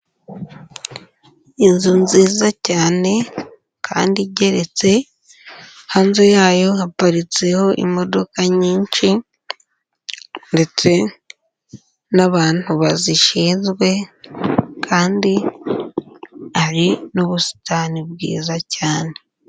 Inzu nziza cyane kandi igereretse, hanze yayo haparitseho imodoka nyinshi ndetse n'abantu bazishinzwe kandi hari n'ubusitani bwiza cyane.